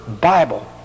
Bible